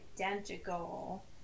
identical